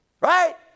Right